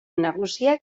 nagusiak